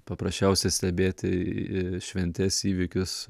paprasčiausia stebėti i šventes įvykius